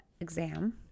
exam